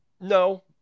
No